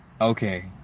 Okay